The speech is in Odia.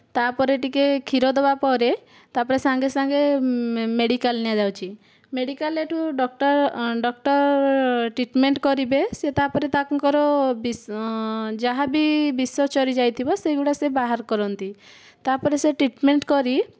ତା'ପରେ ଟିକିଏ କ୍ଷୀର ଦେବା ପରେ ତା'ପରେ ସାଙ୍ଗେ ସାଙ୍ଗେ ମେଡ଼ିକାଲ୍ ନିଆଯାଉଛି ମେଡ଼ିକାଲ୍ ଏଠୁ ଡକ୍ଟର୍ ଡକ୍ଟର୍ ଟ୍ରିଟ୍ମେଣ୍ଟ୍ କରିବେ ସେ ତା'ପରେ ତାଙ୍କର ବିଷ ଯାହା ବି ବିଷ ଚରିଯାଇଥିବ ସେଗୁଡ଼ା ସେ ବାହାର କରନ୍ତି ତା'ପରେ ସେ ଟ୍ରିଟ୍ମେଣ୍ଟ୍ କରି